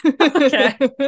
okay